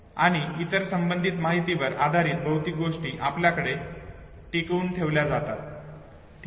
आणि इतर संबंधित माहितीवर आधारित बहुतेक गोष्टी आपल्याकडे टिकवून ठेवल्या जातात ठीक आहे